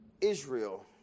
Israel